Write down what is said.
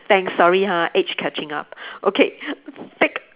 thanks sorry ha age catching up okay take